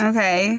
Okay